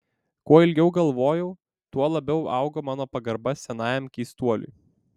kuo ilgiau galvojau tuo labiau augo mano pagarba senajam keistuoliui